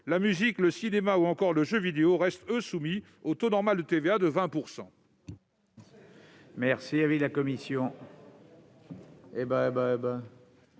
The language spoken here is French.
la musique, le cinéma ou encore le jeu vidéo restent soumis au taux normal de 20 %. Quel est l'avis de la commission